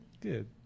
good